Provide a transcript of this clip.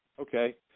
Okay